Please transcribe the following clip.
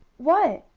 what?